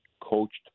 coached